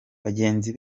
bagenzi